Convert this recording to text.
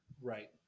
Right